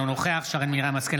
אינו נוכח שרן מרים השכל,